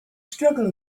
struggle